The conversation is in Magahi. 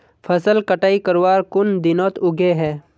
फसल कटाई करवार कुन दिनोत उगैहे?